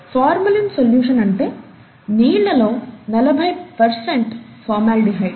formalin solution అంటే నీళ్లలో నలభై పర్సెంట్ ఫార్మాల్డిహైడ్